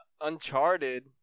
Uncharted